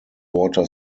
water